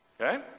Okay